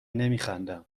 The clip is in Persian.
نمیخندم